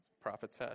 Prophetess